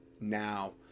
now